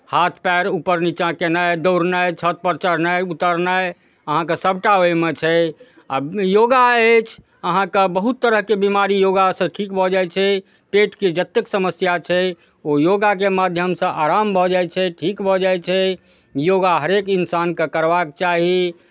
हाथ पएर ऊपर नीचाँ कयनाइ दौड़नाइ छतपर चढ़नाइ उतरनाइ अहाँके सभटा ओहिमे छै आ योगा अछि अहाँकेँ बहुत तरहके बिमारी योगासँ ठीक भऽ जाइ छै पेटके जतेक समस्या छै ओ योगाके माध्यमसँ आराम भऽ जाइ छै ठीक भऽ जाइ छै योगा हरेक इंसानकेँ करबाक चाही